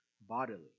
bodily